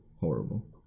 horrible